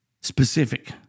Specific